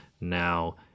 now